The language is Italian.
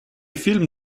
film